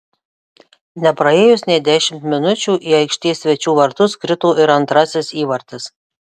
nepraėjus nei dešimt minučių į aikštės svečių vartus krito ir antrasis įvartis